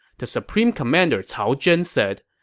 the supreme commander cao zhen said,